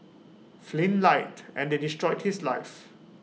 Flynn lied and they destroyed his life